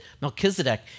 Melchizedek